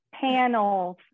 Panels